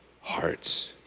hearts